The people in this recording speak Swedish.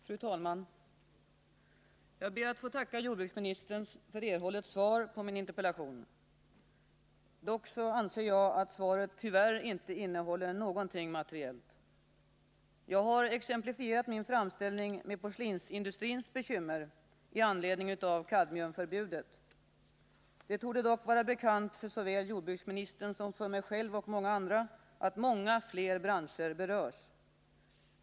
Fru talman! Jag ber att få tacka jordbruksministern för erhållet svar på min interpellation. Dock anser jag att svaret tyvärr inte innehåller någonting materiellt. Jag har exemplifierat min framställning med porslinsindustrins bekymmer med anledning av kadmiumförbudet. Det torde dock vara bekant såväl för jordbruksministern som för mig själv och många andra att många fler branscher berörs.